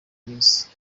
minsi